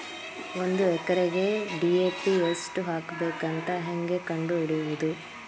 ಒಂದು ಎಕರೆಗೆ ಡಿ.ಎ.ಪಿ ಎಷ್ಟು ಹಾಕಬೇಕಂತ ಹೆಂಗೆ ಕಂಡು ಹಿಡಿಯುವುದು?